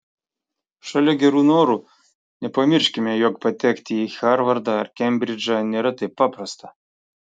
šalia gerų norų nepamirškime jog patekti į harvardą ar kembridžą nėra taip paprasta